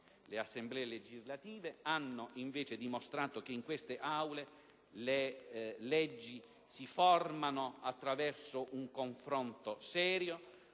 le Assemblee legislative hanno invece dimostrato che in queste Aule le leggi si formano attraverso un confronto serio,